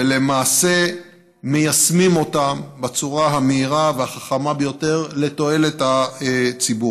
ולמעשה מיישמים אותם בצורה המהירה והחכמה ביותר לתועלת הציבור.